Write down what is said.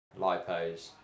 LiPos